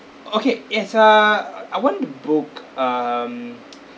okay it's err I want to book um